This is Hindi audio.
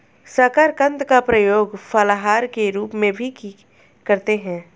शकरकंद का प्रयोग फलाहार के रूप में भी करते हैं